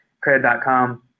Credit.com